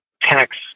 tax